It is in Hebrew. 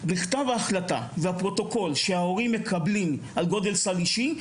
כתב ההחלטה והפרוטוקול שההורים מקבלים על גודל סל אישי,